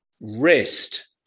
rest